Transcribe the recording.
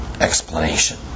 explanation